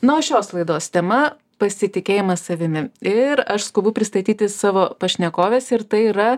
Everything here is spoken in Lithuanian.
na o šios laidos tema pasitikėjimas savimi ir aš skubu pristatyti savo pašnekoves ir tai yra